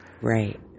Right